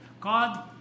God